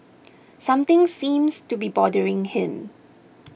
something seems to be bothering him